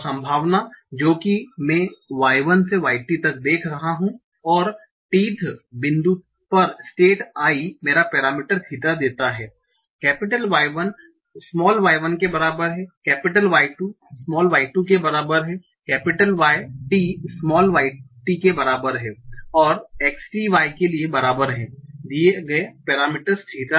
संभावना जो कि मैं y 1 से y t तक देख रहा हूं और t th बिंदु पर स्टेट i मेरा पेरामीटर थीटा देता हैं Y 1 y 1 के बराबर है Y 2 y 2 के बराबर है Y t small y t के बराबर है और x t y के बराबर है दिए गए पैरामीटर्स थीटा है